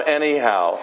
anyhow